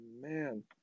man